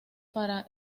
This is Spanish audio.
para